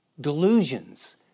delusions